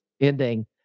ending